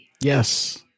yes